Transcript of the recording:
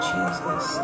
Jesus